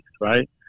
right